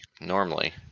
normally